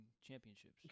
championships